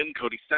Cody